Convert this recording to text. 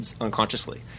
unconsciously